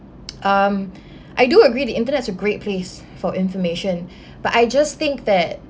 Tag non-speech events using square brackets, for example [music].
[noise] um I do agree the internet is a great place for information [breath] but I just think that